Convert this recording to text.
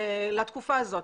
לתקופה הזאת,